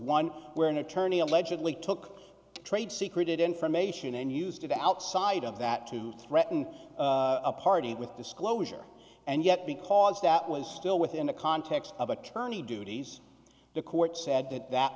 one where an attorney allegedly took trade secret information and used to the outside of that to threaten a party with disclosure and yet because that was still within the context of attorney duties the court said that that